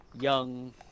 young